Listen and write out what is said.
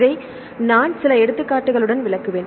இதை நான் சில எடுத்துக்காட்டுகளுடன் விளக்குவேன்